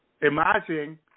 Imagine